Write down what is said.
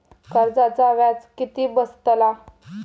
कर्जाचा व्याज किती बसतला?